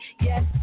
Yes